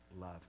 Love